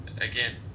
Again